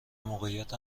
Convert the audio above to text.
موقعیت